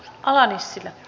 rouva puhemies